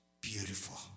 beautiful